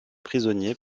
prisonnier